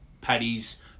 patties